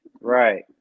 Right